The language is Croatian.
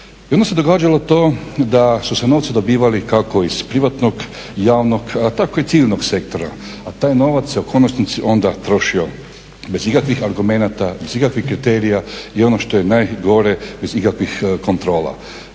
I onda se događalo to da su se novci dobivali kako iz privatnog, javnog, a tako i civilnog sektora, a taj novac se u konačnici onda trošio bez ikakvih argumenata, bez ikakvih kriterija. I ono što je najgore bez ikakvih kontrola.